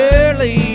early